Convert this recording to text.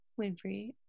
Winfrey